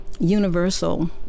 universal